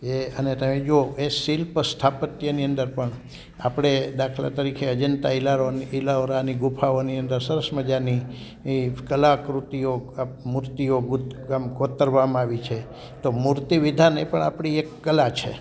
એ અને તમે જોવો એ શિલ્પ સ્થાપત્યની અંદર પણ આપણે દાખલા તરીકે અજંતા ઈલોરાની ગુફાઓની અંદર સરસ મજાની એ કલાકૃતિઓ આ મૂર્તિઓ કોતરવામાં આવી છે તો મૂર્તિ વિધાન એ પણ આપણી એક કલા છે